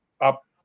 up